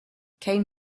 came